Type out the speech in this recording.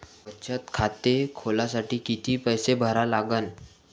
बचत खाते खोलासाठी किती पैसे भरा लागन?